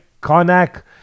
Karnak